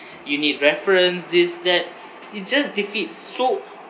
you need reference this that it just defeats so